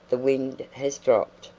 the wind has dropped.